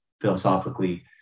philosophically